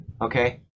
Okay